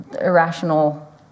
irrational